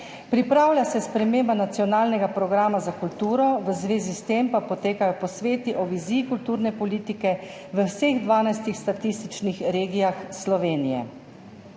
Pripravlja se sprememba nacionalnega programa za kulturo, v zvezi s tem pa potekajo posveti o viziji kulturne politike v vseh 12 statističnih regijah Slovenije.